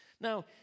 Now